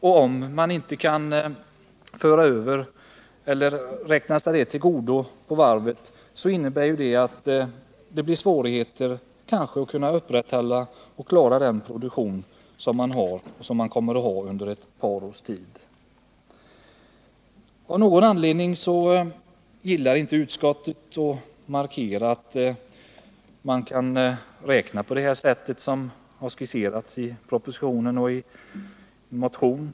Det är då självklart att om man inte kan räkna sig det till godo vid varvet så blir det kanske svårt att upprätthålla den produktion som man kommer att ha under ett par års tid. Av någon anledning gillar inte utskottet att markera att man kan räkna på det sättet, som skisserats i propositionen och i en motion.